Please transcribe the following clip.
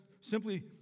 simply